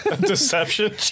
Deception